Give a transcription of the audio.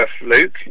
Luke